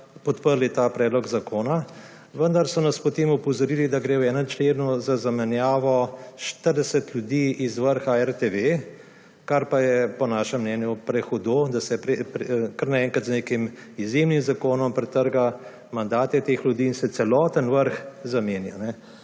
podprli ta predlog zakona. Vendar so nas potem opozorili, da gre v enem členu za zamenjavo 40 ljudi z vrha RTV, kar pa je po našem mnenju prehudo, da se kar naenkrat z nekim izjemnim zakonom pretrgajo mandati teh ljudi in se celoten vrh zamenja.